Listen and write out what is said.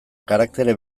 karaktere